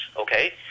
okay